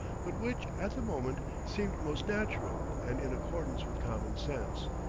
but which at the moment seemed most natural and in accordance with common sense.